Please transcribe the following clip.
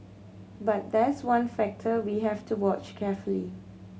but that's one factor we have to watch carefully